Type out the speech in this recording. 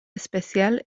especial